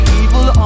evil